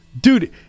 Dude